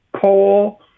coal